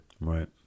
right